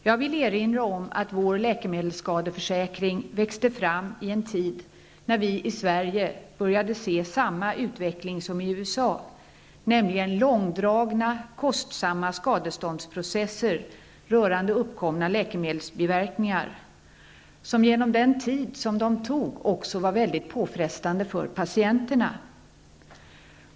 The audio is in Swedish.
Jag vill erinra om att vår läkemedelsskadeförsäkring växte fram i en tid, då vi i Sverige började se samma utveckling som i USA, nämligen långdragna, kostsamma skadeståndsprocesser rörande uppkomna läkemedelsbiverkningar, processer som genom den tid som de tog också var mycket påfrestande för patienterna.